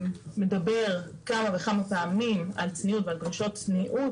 שמדבר כמה וכמה פעמים על צניעות ועל דרישות צניעות,